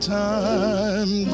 time